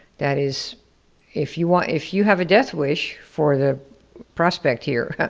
that is if you ah if you have a death wish for the prospect here,